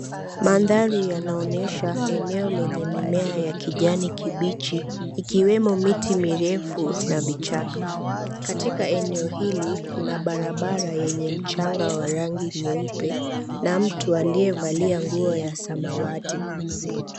Mandhari yanaonyesha eneo lenye mimea ya kijani kibichi, ikiwemo miti mirefu na vichaka. Katika eneo hili kuna barabara yenye mchanga wa rangi nyeupe na mtu aliyevalia nguo ya samawati.